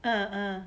ah ah